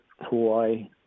Hawaii